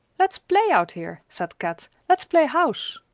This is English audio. let's play out here, said kat. let's play house.